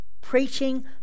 Preaching